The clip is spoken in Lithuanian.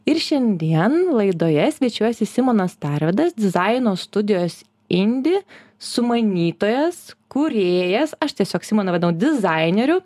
ir šiandien laidoje svečiuojasi simonas tarvydas dizaino studijos indi sumanytojas kūrėjas aš tiesiog simoną vadinu dizaineriu